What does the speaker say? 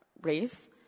race